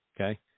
Okay